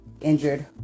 injured